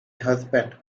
husband